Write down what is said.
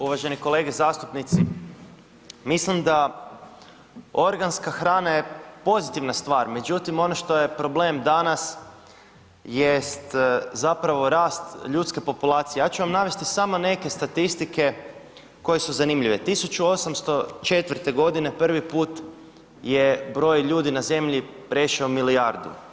Uvaženi kolege zastupnici, mislim da organska hrana je pozitivna stvar, međutim, ono što je problem danas, jest zapravo rast ljudske populacije, ja ću vam navesti samo neke statistike, koje su zanimljive, 1804. g. prvi put je broj ljudi na zemlji prešao milijardu.